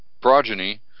progeny